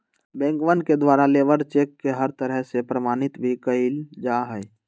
बैंकवन के द्वारा लेबर चेक के हर तरह से प्रमाणित भी कइल जा हई